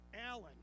Allen